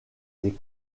des